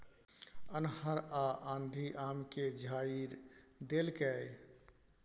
अन्हर आ आंधी आम के झाईर देलकैय?